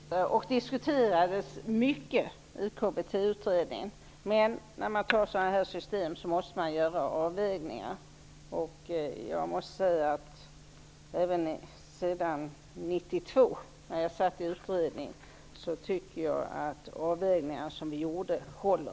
Herr talman! Denna fråga diskuterades mycket i KBT-utredningen. Men i sådana här system måste man göra avvägningar. Jag måste säga att jag tycker att avvägningarna som vi gjorde redan 1992, när jag satt med i utredningen, håller.